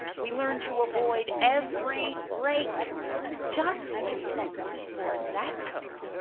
we learn to avoid every rake just for that code.